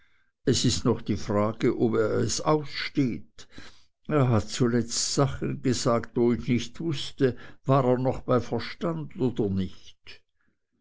es ist noch die frage ob er es aussteht er hat zuletzt sachen gesagt wo ich nicht wußte war er noch bei verstand oder nicht